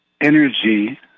energy